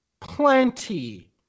plenty